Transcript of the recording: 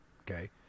Okay